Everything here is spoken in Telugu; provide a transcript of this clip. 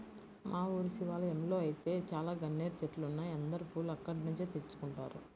మా ఊరి శివాలయంలో ఐతే చాలా గన్నేరు చెట్లున్నాయ్, అందరూ పూలు అక్కడ్నుంచే తెచ్చుకుంటారు